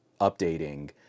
updating